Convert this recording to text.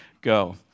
Go